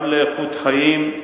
גם לאיכות חיים,